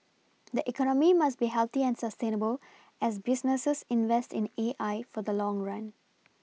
the economy must be healthy and sustainable as businesses invest in A I for the long run